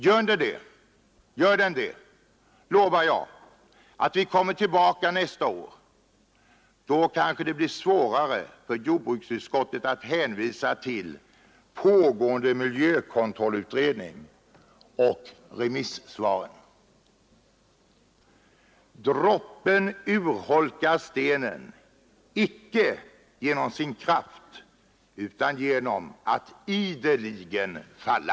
Gör den det, lovar jag, att vi kommer tillbaka nästa år. Då kanske det blir svårare för jordbruksutskottet att hänvisa till pågående miljökontrollutredning och remissvaren, ”Droppen urholkar stenen, icke genom sin kraft, utan genom att ideligen falla.”